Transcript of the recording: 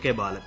K Balan